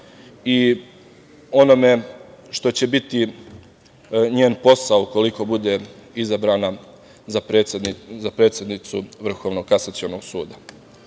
i onome što će biti njen posao ukoliko bude izabrana za predsednicu Vrhovnog kasacionog